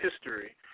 history